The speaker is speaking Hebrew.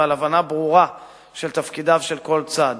ועל הבנה ברורה של תפקידיו של כל צד.